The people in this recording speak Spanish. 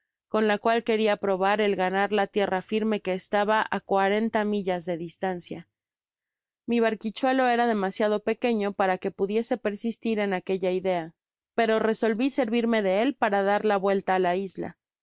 con la cual queria probar el ganar la tierra firme que estaba á cuarenta millas de distancia mi barquichuelo era demasiado pequeño para que pudiese persistir en aquella idea pero resolví servirme de él para dar la vuelta á la isla